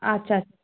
আচ্ছা